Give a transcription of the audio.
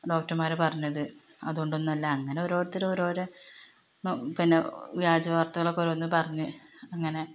ഡോക്റ്റ്മാർ പറഞ്ഞത് അത് കൊണ്ടൊന്നുമല്ല അങ്ങനെ ഓരോരുത്തർ ഓരോരോ പിന്നെ വ്യാജ വാർത്തകളൊക്ക ഓരോന്ന് പറഞ്ഞ് അങ്ങനെ